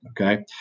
okay